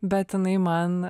bet jinai man